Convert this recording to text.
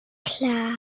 klar